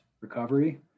recovery